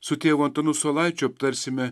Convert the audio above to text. su tėvu antanu saulaičiu aptarsime